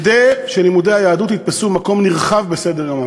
כדי שלימודי היהדות יתפסו מקום נרחב בסדר-היום,